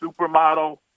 supermodel